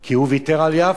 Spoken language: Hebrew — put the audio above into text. כי הוא ויתר על יפו,